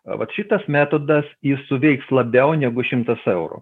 vat šitas metodas jis suveiks labiau negu šimtas eurų